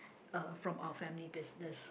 uh from our family business